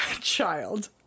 child